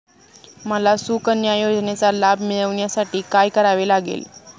मला सुकन्या योजनेचा लाभ मिळवण्यासाठी काय करावे लागेल?